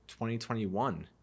2021